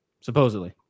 supposedly